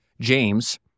James